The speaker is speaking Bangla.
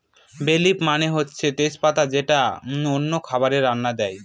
বে লিফ মানে হচ্ছে তেজ পাতা যেটা অনেক খাবারের রান্নায় দেয়